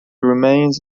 remains